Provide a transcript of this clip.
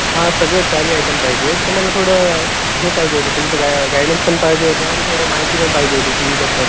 हां सगळं चारी आयटम पाहिजेत तर मला थोडं हे पाहिजे होतं तुमचं गायडन्स पण पाहिजे होतं आणि थोडं माहिती पण पाहिजे होती टी वीबद्दल